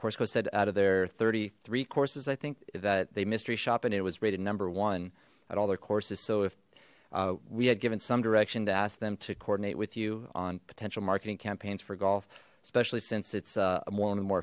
course was said out of their thirty three courses i think that the mystery shopping it was rated number one at all their courses so if we had given some direct to ask them to coordinate with you on potential marketing campaigns for golf especially since it's a more and more